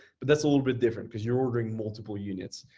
but that's a little bit different cause you're ordering multiple units.